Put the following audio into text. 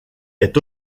est